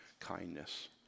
kindness